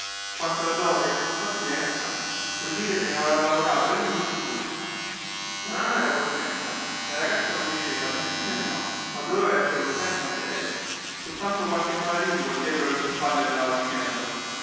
quanto alla dote pazienza vuol dire che aveva lavorato egli per due la nana era contenta la ragazza non diceva nè si nè no ma doveva esser contenta anche lei soltanto qualche mala lingua dietro le sue spalle andava dicendo